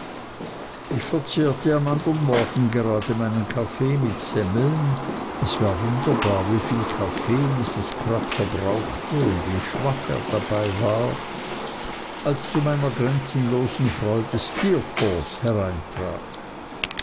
ich verzehrte am andern morgen gerade meinen kaffee mit semmeln es war wunderbar wieviel kaffee mrs crupp verbrauchte und wie schwach er dabei war als zu meiner grenzenlosen freude steerforth hereintrat